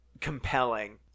compelling